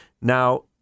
Now